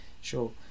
sure